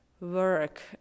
work